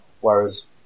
whereas